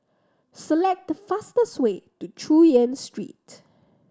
select the fastest way to Chu Yen Street